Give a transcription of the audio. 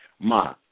ma